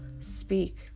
speak